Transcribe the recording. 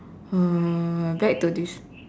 mm back to this